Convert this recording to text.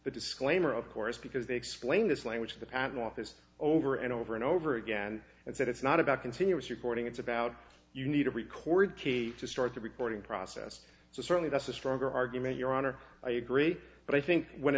the disclaimer of course because they explain this language the patent office over and over and over again and said it's not about continuous reporting it's about you need a record key to start the reporting process so certainly that's a stronger argument your honor i agree but i think when